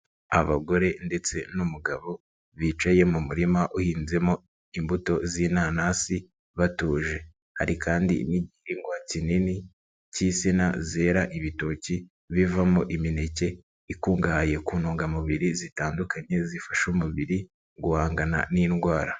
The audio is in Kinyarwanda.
Abagore ndetse n'umugabo bicaye mu murima uhinzemo imbuto z'inanasi batuje, hari kandi n'igihigwa kinini k'insina zera ibitoki bivamo imineke ikungahaye ku ntungamubiri zitandukanye zifasha umubiri guhangana n'indwara.